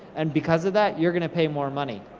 and because of that, you're gonna pay more money.